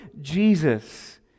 Jesus